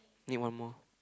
need one more